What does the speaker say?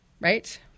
right